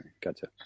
Gotcha